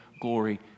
glory